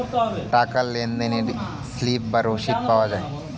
টাকার লেনদেনে স্লিপ বা রসিদ পাওয়া যায়